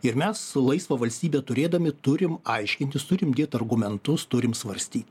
ir mes laisvą valstybę turėdami turim aiškintis turim dėt argumentus turim svarstyt